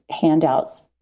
handouts